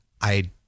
I-